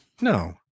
no